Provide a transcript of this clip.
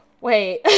wait